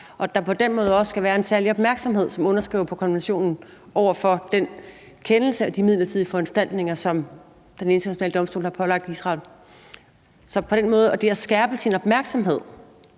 på den måde også skal have en særlig opmærksomhed på den kendelse og de midlertidige foranstaltninger, som Den Internationale Domstol har pålagt Israel, sådan at det at skærpe sin opmærksomhed